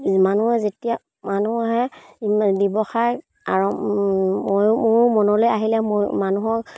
মানুহে যেতিয়া মানুহে ব্যৱসায় আৰম্ভ ময়ো ময়ো মনলৈ আহিলে ময়ো মানুহক